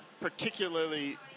particularly